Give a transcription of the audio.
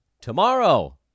Tomorrow